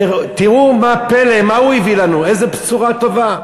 ותראו מה הפלא, מה הוא הביא לנו, איזו בשורה טובה: